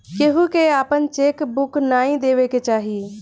केहू के आपन चेक बुक नाइ देवे के चाही